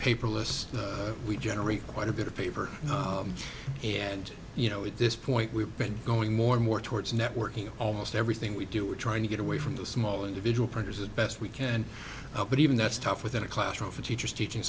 paperless we generate quite a bit of paper and you know at this point we've been going more and more towards networking almost everything we do we're trying to get away from the small individual printers as best we can but even that's tough within a classroom for teachers teaching